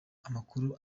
amakuru